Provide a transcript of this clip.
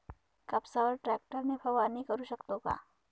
कापसावर ट्रॅक्टर ने फवारणी करु शकतो का?